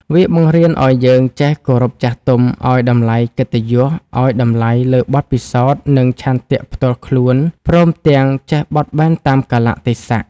វាបង្រៀនឱ្យយើងចេះ គោរពចាស់ទុំ ឱ្យ តម្លៃកិត្តិយស ឱ្យ តម្លៃលើបទពិសោធន៍ និង ឆន្ទៈផ្ទាល់ខ្លួន ព្រមទាំង ចេះបត់បែនតាមកាលៈទេសៈ។